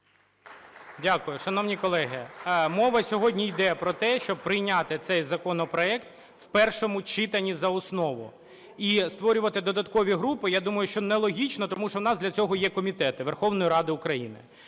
Дякую. Шановні колеги, мова сьогодні йде про те, щоб прийняти цей законопроект в першому читанні за основу і створювати додаткові групи, я думаю, що не логічно, тому що у нас для цього є комітети Верховної Ради України.